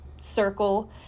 circle